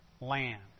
land